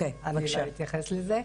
אפשר להתייחס לזה.